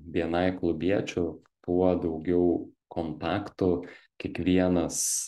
bni klubiečių tuo daugiau kontaktų kiekvienas